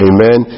Amen